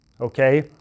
Okay